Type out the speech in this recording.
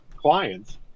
clients